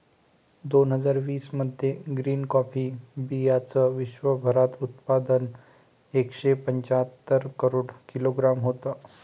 दोन हजार वीस मध्ये ग्रीन कॉफी बीयांचं विश्वभरात उत्पादन एकशे पंच्याहत्तर करोड किलोग्रॅम होतं